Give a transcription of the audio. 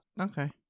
okay